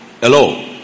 Hello